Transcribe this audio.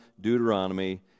Deuteronomy